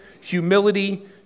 humility